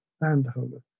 landholders